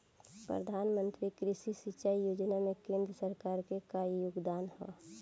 प्रधानमंत्री कृषि सिंचाई योजना में केंद्र सरकार क का योगदान ह?